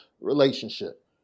relationship